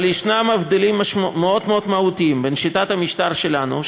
אבל יש הבדלים מאוד מאוד מהותיים בין שיטת המשטר שלנו,